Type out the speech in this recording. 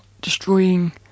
destroying